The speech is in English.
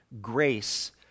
grace